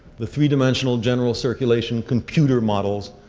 the three-dimensional general circulation computer models,